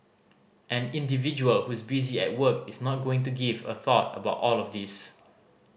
an individual who's busy at work is not going to give a thought about all of this